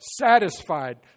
satisfied